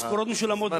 משכורות משולמות בזמן,